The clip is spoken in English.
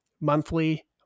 monthly